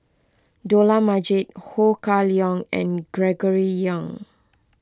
Dollah Majid Ho Kah Leong and Gregory Yong